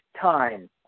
time